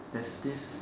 there's this